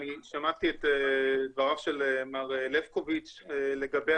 שמעתי את דבריו של מר לבקוביץ' לגבי